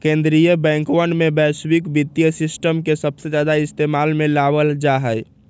कीन्द्रीय बैंकवन में वैश्विक वित्तीय सिस्टम के सबसे ज्यादा इस्तेमाल में लावल जाहई